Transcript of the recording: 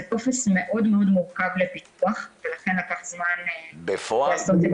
זה טופס מאוד מאוד מורכב לפיתוח ולכן לקח זמן לעשות את זה.